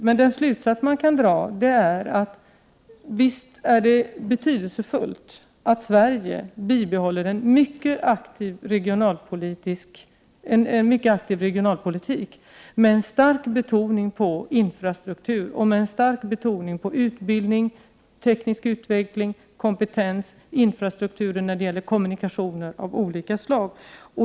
Men man kan ändå dra slutsatsen att det är betydelsefullt att Sverige bibehåller en mycket aktiv regionalpolitik med stark betoning på infrastruktur, utbildning, teknisk utveckling, kompetens och infrastruktur när det gäller kommunikationer av olika slag.